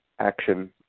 action